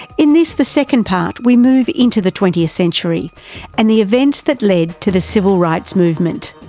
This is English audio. in this, the second part, we move into the twentieth century and the events that led to the civil rights movement.